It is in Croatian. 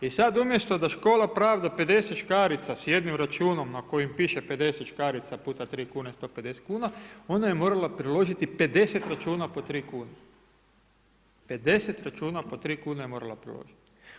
I sa umjesto da škola pravca 50 škarica sa jednim računom na kojem piše 50 škarica puta 3 kune 150 kuna ona je morala priložiti 50 računa po 3 kune, 50 računa po 3 kune je morala priložiti.